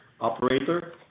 Operator